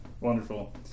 Wonderful